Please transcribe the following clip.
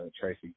Tracy